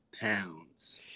pounds